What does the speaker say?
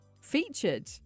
featured